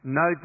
no